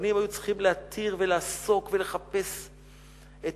ורבנים היו צריכים להתיר ולעסוק ולחפש את